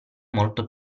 molto